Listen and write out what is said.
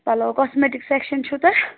پَلو cosmetic section چھُو تۄہہِ